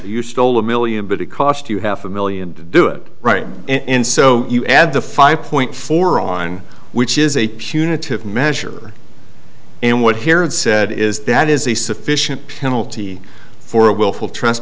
you stole a million but it cost you half a million to do it right and so you add the five point four on which is a punitive measure and what here and said is that is a sufficient penalty for a willful trust